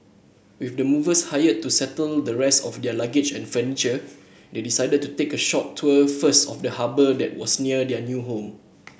with the movers hired to settle the rest of their luggage and furniture they decided to take a short tour first of the harbour that was near their new home